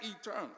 eternal